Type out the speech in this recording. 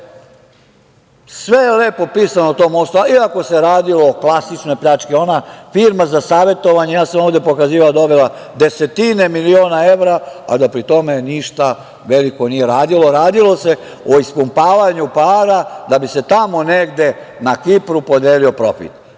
sve je lepo pisano o tom mostu, iako se radilo o klasičnoj pljački. Ona firma za savetovanje, ja sam ovde pokazivao, dobila je desetine miliona evra, a da pri tome ništa veliko nije radila, radilo se o ispumpavanju para da bi se tamo negde na Kipru, podelio profit. Taj